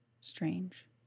Strange